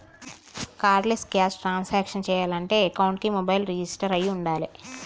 cardless cash transactions చెయ్యాలంటే అకౌంట్కి mobile register అయ్యి వుండాలే